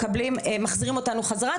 מחזירים אותנו חזרה,